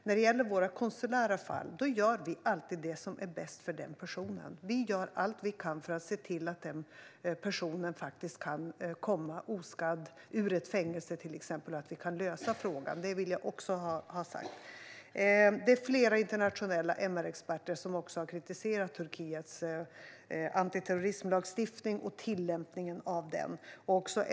När det gäller våra konsulära fall gör vi alltid det som är bäst för personen i fråga. Vi gör allt vi kan för att se till att den personen till exempel kan komma oskadd ur ett fängelse och att vi kan lösa frågan. Det vill jag också ha sagt. Det är flera internationella MR-experter som har kritiserat Turkiets antiterrorismlagstiftning och tillämpningen av den.